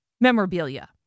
memorabilia